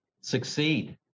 succeed